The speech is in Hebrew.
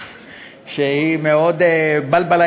בלבלה,